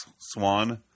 swan